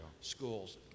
schools